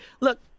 Look